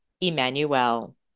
Emmanuel